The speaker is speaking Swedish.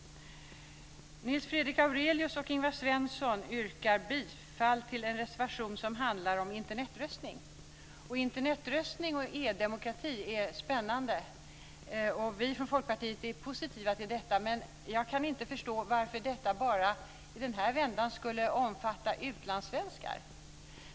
Nils Fredrik Aurelius och Ingvar Svensson yrkar bifall till en reservation som handlar om Internetröstning. Internetröstning och e-demokrati är spännande. Vi från Folkpartiet är positiva till detta, men jag kan inte förstå varför detta i den här vändan bara skulle omfatta utlandssvenskar.